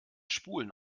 spulen